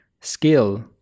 skill